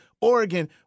Oregon